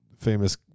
famous